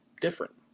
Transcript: different